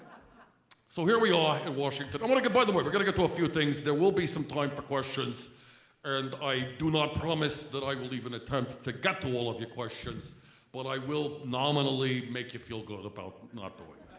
so here we are in washington. i want to get, by the way we're gonna get to a few things. there will be some time for questions and i do not promise that i will even attempt to get to all of your questions but i will nominally make you feel good about not doing